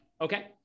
Okay